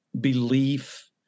belief